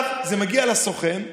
זה מגיע לסוכן.